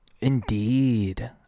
Indeed